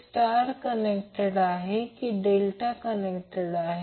तर Van असे फिरत आहे मग Vbn मी असे सांगितले की ते फिजिकली 120° वेगळे आहेत